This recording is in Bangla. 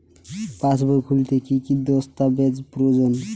পাসবই খুলতে কি কি দস্তাবেজ প্রয়োজন?